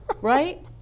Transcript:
Right